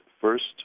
first